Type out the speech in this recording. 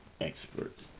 experts